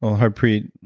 ah harpreet,